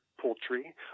poultry